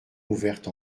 ouverte